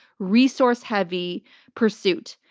resource-heavy pursuit.